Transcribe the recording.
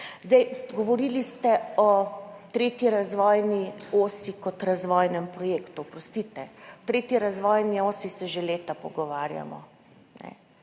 Govorili ste o 3. razvojni osi kot razvojnem projektu. Oprostite, o 3. razvojni osi se že leta pogovarjamo.